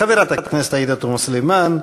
חברת הכנסת עאידה תומא סלימאן,